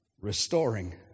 restoring